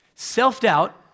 Self-doubt